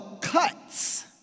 cuts